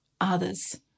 others